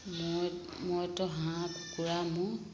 মই মইতো হাঁহ কুকুৰা মোৰ